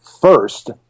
first